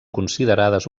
considerades